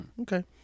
Okay